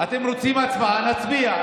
אתם רוצים הצבעה, נצביע.